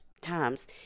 times